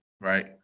right